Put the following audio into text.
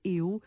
eu